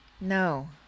No